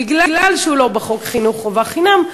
בגלל שהם לא בחוק חינוך חובה חינם,